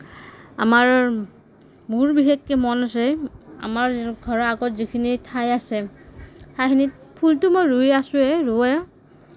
আমাৰ মোৰ বিশেষকে মন আছে আমাৰ ঘৰৰ আগত যিখিনি ঠাই আছে সেইখিনিত ফুলটো মই ৰুই আছোঁৱেই ৰুৱেই